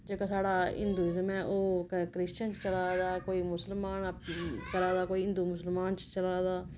जेह्का साढ़ा हिंदूइज्म ऐ ओह् क्रिशचन च चला दा कोई मुसलमान करा दा कोई हिंदू मुसलमान च चला दा